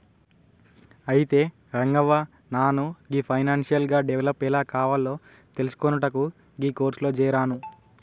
అయితే రంగవ్వ నాను గీ ఫైనాన్షియల్ గా డెవలప్ ఎలా కావాలో తెలిసికొనుటకు గీ కోర్సులో జేరాను